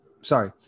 sorry